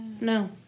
No